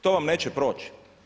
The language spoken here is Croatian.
To vam neće proći.